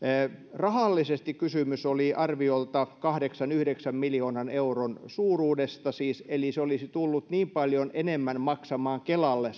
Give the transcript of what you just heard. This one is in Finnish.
rahallisesti kysymys oli arviolta kahdeksan viiva yhdeksän miljoonan euron suuruudesta eli se alkuperäinen esitys olisi tullut niin paljon enemmän maksamaan kelalle